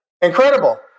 Incredible